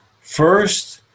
First